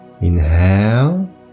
inhale